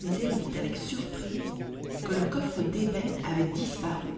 mais elle vit avec surprise que le coffre d'ébène avait disparu